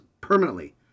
permanently